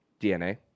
DNA